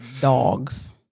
Dogs